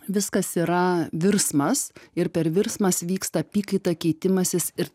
viskas yra virsmas ir per virsmas vyksta apykaita keitimasis ir